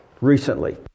recently